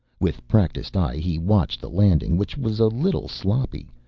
with practiced eye he watched the landing which was a little sloppy,